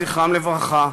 זכרם לברכה,